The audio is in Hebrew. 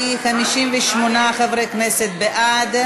ההצעה להפוך את הצעת חוק ביטוח בריאות ממלכתי